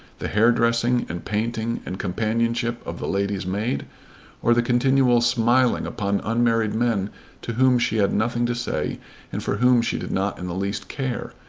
the hairdressing and painting and companionship of the lady's maid or the continual smiling upon unmarried men to whom she had nothing to say and for whom she did not in the least care!